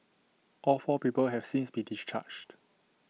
all four people have since been discharged